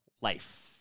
life